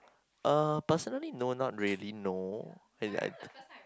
uh personally no not really no I th~